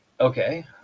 Okay